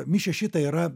mi šeši tai yra